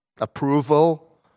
approval